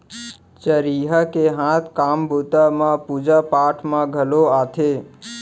चरिहा के हाथ काम बूता ह पूजा पाठ म घलौ आथे